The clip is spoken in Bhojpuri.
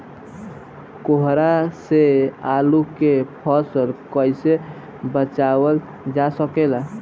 कोहरा से आलू के फसल कईसे बचावल जा सकेला?